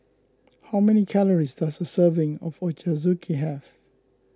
how many calories does a serving of Ochazuke have